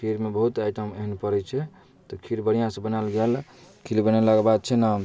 खीरमे बहुत आइटम एहन पड़ै छै तऽ खीर बढ़िआँसँ बनाएल गेल खीर बनेलाके बाद छै ने